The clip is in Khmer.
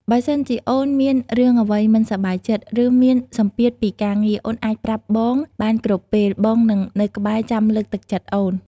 បើសិនជាអូនមានរឿងអ្វីមិនសប្បាយចិត្ត ឬមានសម្ពាធពីការងារ អូនអាចប្រាប់បងបានគ្រប់ពេល បងនឹងនៅក្បែរចាំលើកទឹកចិត្តអូន។